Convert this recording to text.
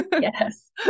Yes